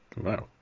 Wow